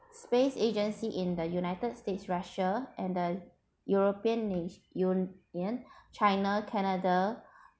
space agency in the united states russia and the european na~ union china canada